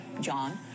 John